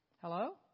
Hello